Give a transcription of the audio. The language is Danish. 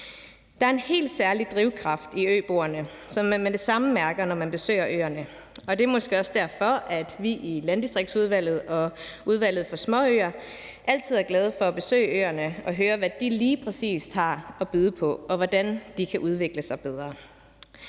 Der er en helt særlig drivkraft i øboerne, som man med det samme mærker, når man besøger øerne, og det er måske også derfor, at vi i Landdistriktsudvalget og Udvalget for Småøer altid er glade for at besøge øerne og høre, hvad de lige præcis har at byde på, og hvordan de kan udvikle sig bedre.